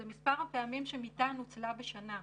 זה מספר הפעמים שמיטה נוצלה בשנה.